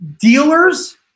dealers